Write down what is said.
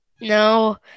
No